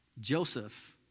Joseph